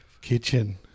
kitchen